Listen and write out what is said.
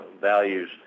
values